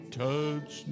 touch